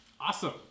Awesome